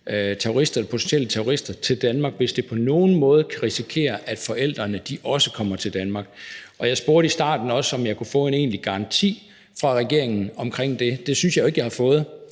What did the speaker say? af disse potentielle terrorister til Danmark, hvis det på nogen måde risikeres, at forældrene også kommer til Danmark. Jeg spurgte i starten, om jeg kunne få en egentlig garanti fra regeringen om det. Det synes jeg ikke jeg har fået.